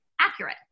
accurate